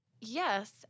Yes